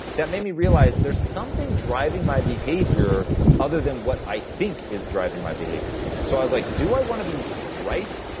that made me realize, there's something driving my behavior other than what i think is driving my behavior. so i was like do i want to be right,